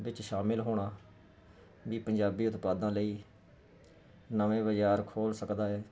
ਵਿੱਚ ਸ਼ਾਮਿਲ ਹੋਣਾ ਵੀ ਪੰਜਾਬੀ ਉਤਪਾਦਾਂ ਲਈ ਨਵੇਂ ਬਜਾਰ ਖੋਲ੍ਹ ਸਕਦਾ ਹੈ